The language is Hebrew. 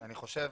חושב